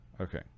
Okay